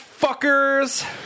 fuckers